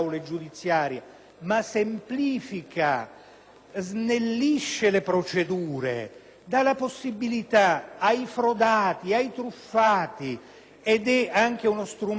snellisce le procedure, dà una possibilità ai frodati ai truffati. È anche un strumento di deterrenza, perché le imprese